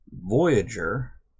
Voyager